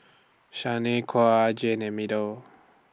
Shanequa Jay and Meadow